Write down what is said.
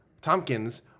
Tompkins